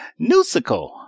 Newsicle